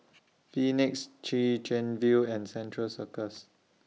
Phoenix Chwee Chian View and Central Circus